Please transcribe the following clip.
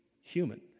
human